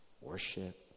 worship